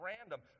random